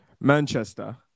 Manchester